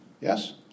yes